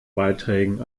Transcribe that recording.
beiträgen